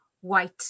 white